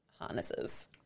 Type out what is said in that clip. harnesses